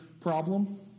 problem